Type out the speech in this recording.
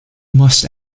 must